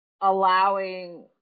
allowing